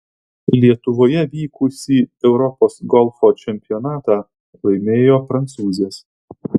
lietuvoje vykusį europos golfo čempionatą laimėjo prancūzės